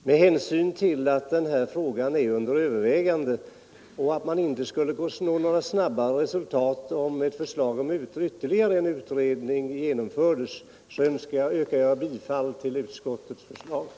Fru talman! Med hänsyn till att denna fråga är under övervägande och till att man inte skulle nå snabbare resultat, om ett förslag om ytterligare en utredning tillsattes, yrkar jag bifall till utskottets hemställan.